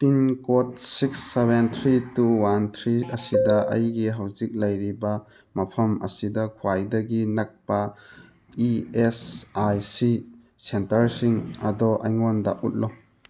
pin code six seven three two one three ꯑꯁꯤꯗ ꯑꯩꯒꯤ ꯍꯧꯖꯤꯛ ꯂꯩꯔꯤꯕ ꯃꯐꯝ ꯑꯁꯤꯗ ꯈ꯭ꯋꯥꯏꯗꯒꯤ ꯅꯛꯄ ꯏ ꯑꯦꯁ ꯑꯥꯏ ꯁꯤ ꯁꯦꯟꯇꯔꯁꯤꯡ ꯑꯗꯨ ꯑꯩꯉꯣꯟꯗ ꯎꯠꯂꯨ